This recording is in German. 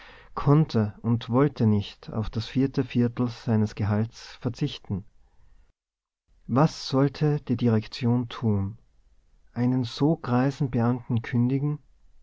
konnte und wollte nicht auf das vierte viertel seines gehalts verzichten was sollte die direktion tun einem so greisen beamten kündigen